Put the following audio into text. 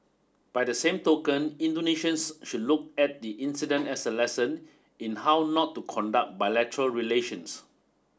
by the same token Indonesians should look at the incident as a lesson in how not to conduct bilateral relations